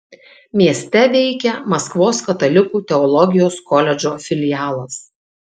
mieste veikia maskvos katalikų teologijos koledžo filialas